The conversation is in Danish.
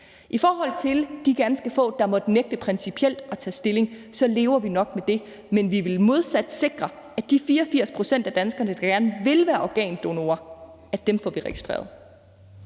I forhold til de ganske få, der måtte nægte principielt at tage stilling, lever vi nok med det, men vi vil modsat sikre, at de 84 pct. af danskerne, der gerne vil være organdonorer, får vi registreret.